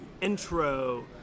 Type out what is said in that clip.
Intro